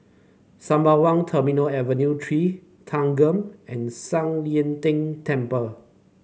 Sembawang Terminal Avenue Three Thanggam and San Yin Ding Temple